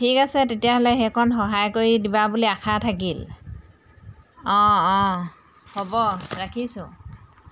ঠিক আছে তেতিয়াহ'লে সেইকণ সহায় কৰি দিবা বুলি আশা থাকিল অঁ অঁ হ'ব ৰাখিছোঁ